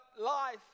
life